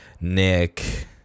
Nick